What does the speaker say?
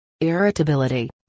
Irritability